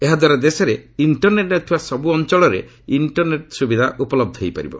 ଏହା ଦ୍ୱାରା ଦେଶରେ ଇଣ୍ଟରନେଟ୍ ନଥିବା ସବୁ ଅଞ୍ଚଳରେ ଇଣ୍ଟରନେଟ୍ ସୁବିଧା ଉପଲବ୍ଧ ହୋଇପାରିବ